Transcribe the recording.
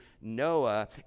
Noah